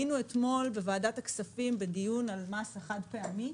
אתמול היינו בוועדת הכספים בדיון על מס החד-פעמי,